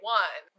one